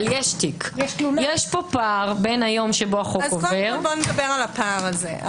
יש פה פער בין היום שבו החוק עובר- -- קודם כל נדבר על הפער הזה.